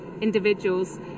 individuals